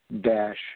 dash